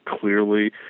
clearly